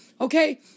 Okay